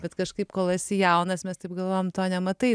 bet kažkaip kol esi jaunas mes taip galvojom to nematai